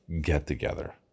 get-together